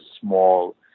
small